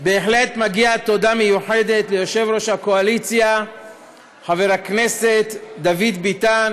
בהחלט מגיעה תודה מיוחדת ליושב-ראש הקואליציה חבר הכנסת דוד ביטן,